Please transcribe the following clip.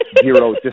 zero